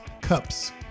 cups